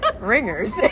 ringers